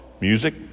music